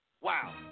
wow